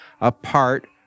apart